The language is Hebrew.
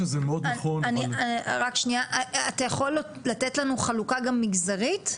אתה יכול לתת לנו חלוקה גם מגזרית?